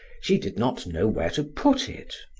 she did not know where to put it.